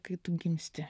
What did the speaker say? kai tu gimsti